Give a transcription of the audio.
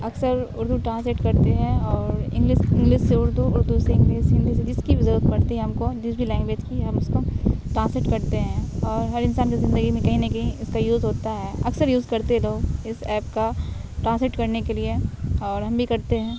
اکثر اردو ٹرانسلیٹ کرتے ہیں اور انگلس انگلس سے اردو اردو سے انگلس ہندی سے جس کی بھی ضرورت پڑتی ہے ہم کو جس بھی لینگویج کی ہم اس کو ٹرانسلیٹ کرتے ہیں اور ہر انسان کی زندگی میں کہیں نہ کہیں اس کا یوز ہوتا ہے اکثر یوز کرتے ہیں لوگ اس ایپ کا ٹرانسلیٹ کرنے کے لیے اور ہم بھی کرتے ہیں